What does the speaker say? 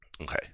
Okay